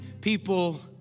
people